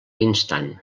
instant